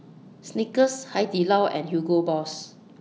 Snickers Hai Di Lao and Hugo Boss